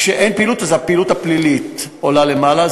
כשאין פעילות, אז הפעילות הפלילית עולה למעלה.